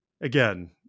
Again